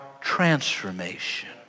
transformation